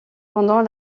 pendant